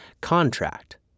Contract